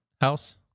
house